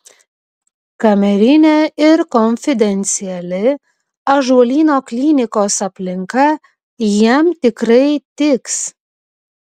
kamerinė ir konfidenciali ąžuolyno klinikos aplinka jiems tikrai tiks